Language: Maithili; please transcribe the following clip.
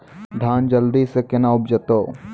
धान जल्दी से के ना उपज तो?